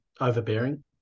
overbearing